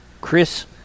Chris